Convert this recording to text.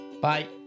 Bye